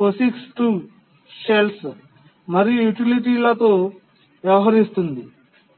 POSIX 2 shells మరియు యుటిలిటీలతో వ్యవహరిస్తుంది